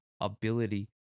ability